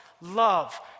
love